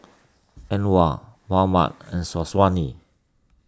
Anuar Muhammad and Syazwani